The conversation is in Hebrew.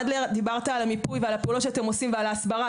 דיברת על המיפוי ועל הפעולות שאתם עושים ועל ההסברה,